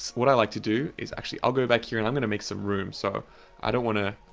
what i like to do is actually i'll go back here and i'm going to make some room. so i don't want to